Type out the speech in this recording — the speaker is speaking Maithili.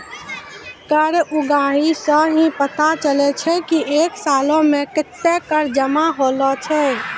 कर उगाही सं ही पता चलै छै की एक सालो मे कत्ते कर जमा होलो छै